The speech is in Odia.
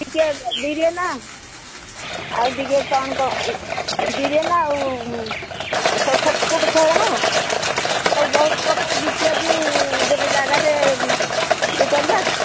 ଟିକେ ବିରିୟାନୀ ଆଉ ଟିକେ କ'ଣ କର ବିରିୟାନୀ ଆଉ ଛୋଟ ଛୋଟ ଖାଇବେ ନା ଆଉ ସବୁ ବହୁତ ପ୍ରକାର ବିକିବାକୁ ଗୋଟେ ଜାଗାଟେ ଇଏ କରିବା